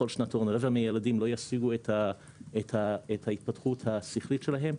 בכל שנתון רבע מהילדים לא ישיגו את ההתפתחות השכלית שלהם,